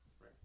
right